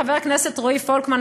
חבר הכנסת רועי פולקמן,